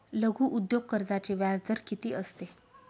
लघु उद्योग कर्जाचे व्याजदर किती असते?